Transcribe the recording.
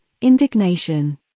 indignation